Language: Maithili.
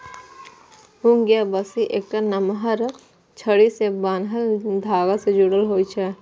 हुक या बंसी एकटा नमहर छड़ी सं बान्हल धागा सं जुड़ल होइ छै